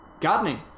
gardening